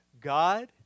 God